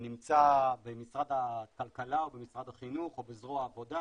נמצא במשרד הכלכלה או במשרד החינוך או בזרוע העבודה,